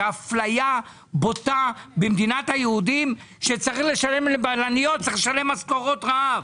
זו אפליה בוטה במדינת היהודים שלבלניות צריך לשלם משכורות רעב.